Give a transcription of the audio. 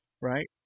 right